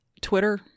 Twitter